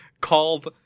Called